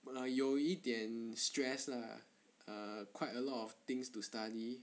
but like 有一点 stress lah err quite a lot of things to study